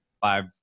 five